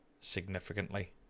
significantly